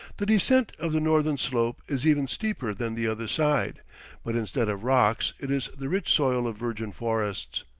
the descent of the northern slope is even steeper than the other side but instead of rocks, it is the rich soil of virgin forests.